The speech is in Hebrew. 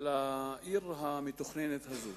לעיר המתוכננת הזאת.